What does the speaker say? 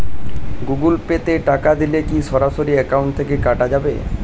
Google Pay তে টাকা দিলে কি সরাসরি অ্যাকাউন্ট থেকে টাকা কাটাবে?